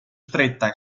stretta